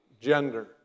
gender